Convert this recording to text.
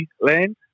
land